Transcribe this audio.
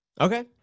okay